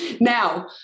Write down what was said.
Now